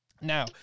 Now